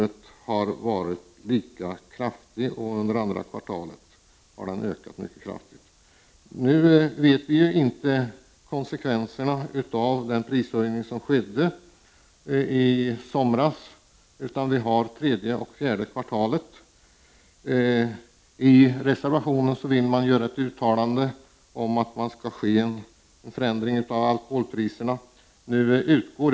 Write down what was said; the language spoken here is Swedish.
Konsumtionen har ökat mycket kraftigt under andra kvartalet jämfört med samma tid under föregående år. Nu känner vi inte till vilka konsekvenser den prishöjning som skedde i somras har fått. Fortfarande återstår att upprätta statistik för de två sista kvartalen detta år. I reservation 1 vill man göra ett uttalande om att en förändring av alkoholpriserna skall ske.